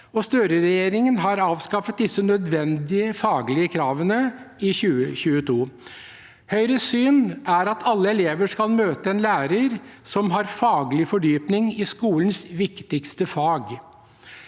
Støre-regjeringen avskaffet disse nødvendige faglige kravene i 2022. Høyres syn er at alle elever skal møte en lærer som har faglig fordypning i skolens viktigste fag.